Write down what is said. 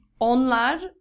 onlar